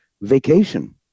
vacation